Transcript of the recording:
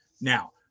Now